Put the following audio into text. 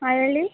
ಹಾಂ ಹೇಳಿ